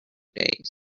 days